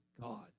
God